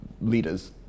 leaders